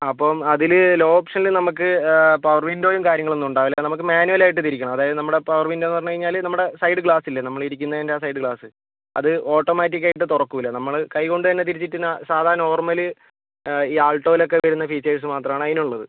അപ്പം അതില് ലോ ഓപ്ഷനില് നമുക്ക് പവർ വിൻഡോയും കാര്യങ്ങളൊന്നും ഉണ്ടാകില്ല നമുക്ക് മാനുവലായിട്ട് തിരിക്കണം അതായതു നമ്മുടെ പവർ വിൻഡോന്നു പറഞ്ഞുകഴിഞ്ഞാല് നമ്മുടെ സൈഡ് ഗ്ലാസില്ലേ നമ്മള് ഇരിക്കണേൻറ്റെ സൈഡ് ഗ്ലാസ് അത് ഓട്ടോമാറ്റിക്കായിട്ട് തുറക്കില്ല നമ്മള് കൈ കൊണ്ടു തന്നെ തിരിച്ചിട്ടു നാ സാധാ നോർമല് ഈ ആൾട്ടോലോക്കെ വരുന്ന ഫീചേഴ്സ് മാത്രാണ് അതിനുള്ളത്